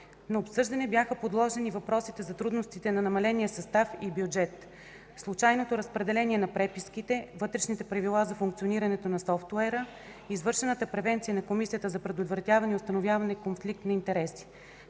На обсъждане бяха подложени въпросите за трудностите на намеления състав и бюджет; случайното разпределение на преписките, вътрешните правила за функционирането на софтуера; извършената превенция на Комисията; статистиката дали случаите на конфликт на интереси